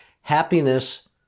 Happiness